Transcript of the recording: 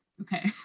Okay